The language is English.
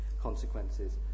consequences